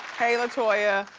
hey latoya.